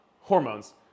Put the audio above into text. Hormones